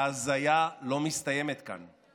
וההזיה לא מסתיימת כאן.